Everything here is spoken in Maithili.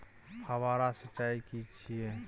फव्वारा सिंचाई की छिये?